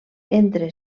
entre